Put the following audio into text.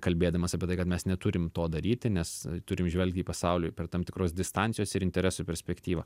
kalbėdamas apie tai kad mes neturim to daryti nes turim žvelgti į pasaulį per tam tikros distancijos ir interesų perspektyvą